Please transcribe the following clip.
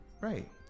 right